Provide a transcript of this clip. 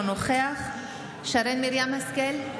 אינו נוכח שרן מרים השכל,